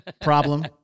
Problem